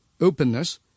openness